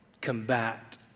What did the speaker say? combat